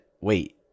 wait